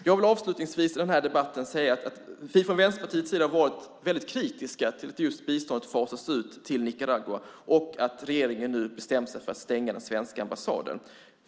Jag vill avslutningsvis i den här debatten säga att vi från Vänsterpartiets sida har varit väldigt kritiska till att biståndet till Nicaragua fasas ut och att regeringen nu bestämt sig för att stänga den svenska ambassaden.